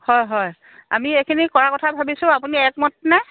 হয় হয় আমি এইখিনি কৰা কথা ভাবিছোঁ আপুনি একমত নে